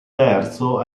terzo